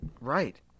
Right